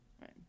right